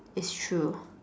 it's true